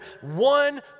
One